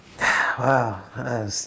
Wow